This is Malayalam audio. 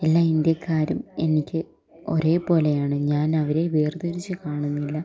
എല്ലാ ഇന്ത്യക്കാരും എനിക്ക് ഒരേ പോലെയാണ് ഞാൻ അവരെ വേർതരിച്ച് കാണുന്നില്ല